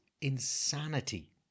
insanity